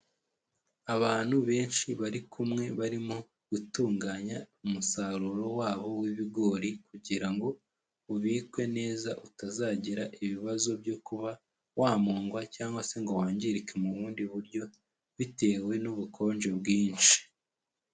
Abantu benshi bari kumwe barimo gutunganya umusaruro wabo w'ibigori kugira ngo ubikwe neza utazagira ibibazo byo kuba wamungwa cyangwa se ngo wangirike mu bundi buryo bitewe n'ubukonje bwinshi.